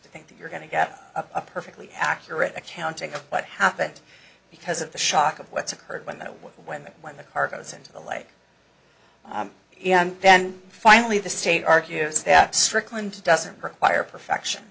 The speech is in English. to think that you're going to get a perfectly accurate accounting of what happened because of the shock of what's occurred when the when when the car goes into the lake and then finally the state argues that strickland doesn't require perfection